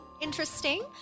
Interesting